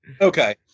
Okay